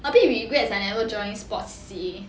abit regret I never joined sports C_C_A